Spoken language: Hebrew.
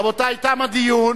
רבותי, תם הדיון